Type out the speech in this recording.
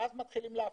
ואז מתחילים להפיק,